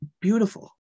beautiful